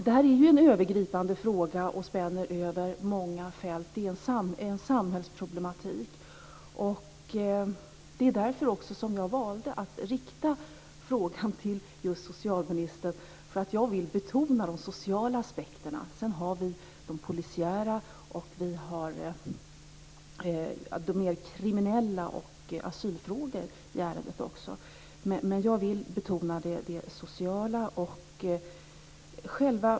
Det här är en övergripande fråga som spänner över många fält. Det är en samhällsproblematik. Det var därför som jag valde att rikta frågan till socialministern. Jag vill betona de sociala aspekterna. Sedan finns det de polisiära och kriminella aspekterna samtidigt som ärendet berör asylfrågor.